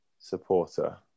supporter